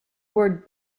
word